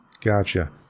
gotcha